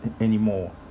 anymore